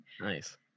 Nice